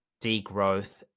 degrowth